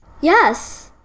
Yes